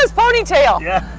ah pony tail. yeah!